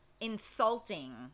insulting